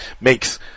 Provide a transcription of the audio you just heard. Makes